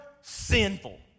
sinful